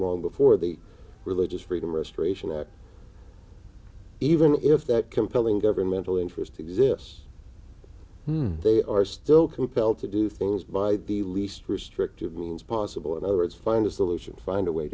long before the religious freedom restoration act even if that compelling governmental interest exists they are still compelled to do things by the least restrictive means possible in other words find a solution find a way